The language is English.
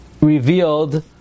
revealed